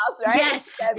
yes